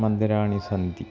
मन्दिराणि सन्ति